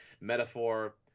Metaphor